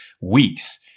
weeks